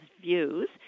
views